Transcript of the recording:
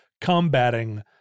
combating